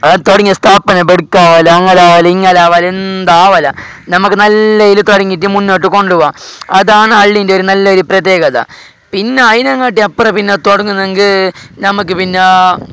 ആ തുടങ്ങിയ സ്ഥാപനം പെടുക്കാലങ്ങലാവൽ ഇങ്ങലാവൽ എന്താവലാ നമ്മക്ക് നല്ലയിൽ തുടങ്ങിയിട്ട് മുന്നോട്ടു കൊണ്ടു പോകാം അതാണ് അള്ളീന്റെ ഒരു നല്ലൊരു പ്രത്യേകത പിന്നയിനങ്ങോട്ടപ്പുറെ പിന്നെ തുടങ്ങണമെങ്കി ഞമ്മക്ക് പിന്നെ